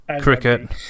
Cricket